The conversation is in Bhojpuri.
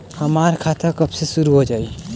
हमार खाता कब से शूरू हो जाई?